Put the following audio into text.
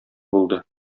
булды